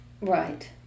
Right